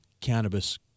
cannabis